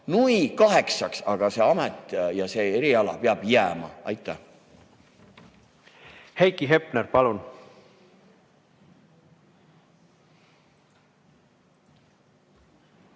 Nui kaheksaks, aga see amet ja see eriala peab jääma! Aitäh! Heiki Hepner, palun!